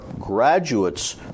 graduates